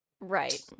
right